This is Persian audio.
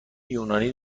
یونانی